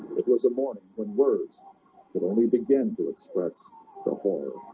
it was a more than words could only begin to express the whole